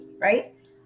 right